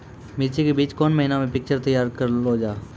मिर्ची के बीज कौन महीना मे पिक्चर तैयार करऽ लो जा?